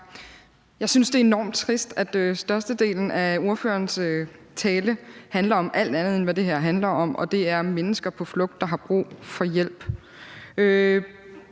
Jeg synes, det er enormt trist, at størstedelen af ordførerens tale handler om alt andet, end hvad det her handler om, og det er mennesker på flugt, der har brug for hjælp.